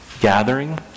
Gathering